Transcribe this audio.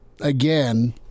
again